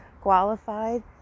qualified